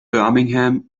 birmingham